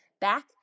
back